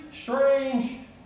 strange